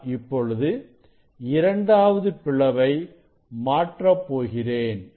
நான் இப்பொழுது இரண்டாவது பிளவை மாற்றப் போகிறேன்